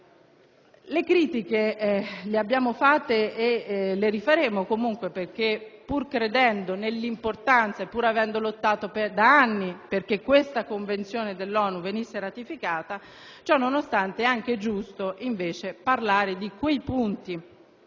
Le critiche le abbiamo fatte e le rifaremo comunque, perché, pur credendo nell'importanza e avendo lottato da anni perché questa Convenzione dell'ONU venisse ratificata, ciò nonostante è anche giusto parlare di quei punti